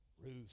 Ruth